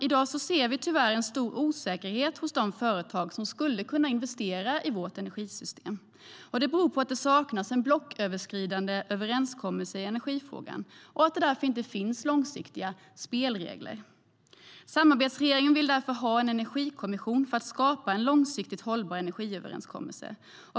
I dag ser vi tyvärr en stor osäkerhet hos de företag som skulle kunna investera i vårt energisystem. Det beror på att det saknas en blocköverskridande överenskommelse i energifrågan och att det därför inte finns långsiktiga spelregler. Samarbetsregeringen vill därför ha en energikommission för att skapa en långsiktigt hållbar energiöverenskommelse.